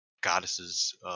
goddesses